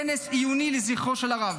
כנס עיוני לזכרו הרב,